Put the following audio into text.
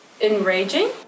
enraging